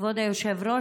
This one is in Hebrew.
כבוד היושב-ראש,